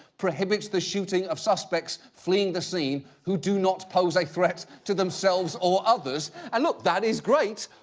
prohibit the shooting of suspects fleeing the scene who do not pose a threat to themselves or others. and look, that is great,